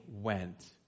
went